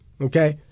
Okay